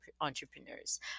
entrepreneurs